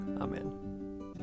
Amen